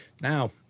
Now